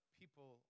people